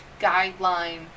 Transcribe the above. guideline